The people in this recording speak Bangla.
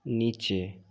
নিচে